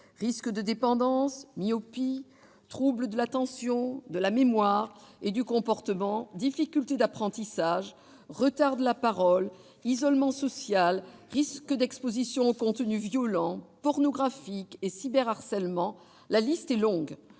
risque de dépendance, myopie, troubles de l'attention, de la mémoire et du comportement, difficultés d'apprentissage, retard de la parole, isolement social, risque d'exposition aux contenus violents ou pornographiques et au cyber-harcèlement ... La liste est longue,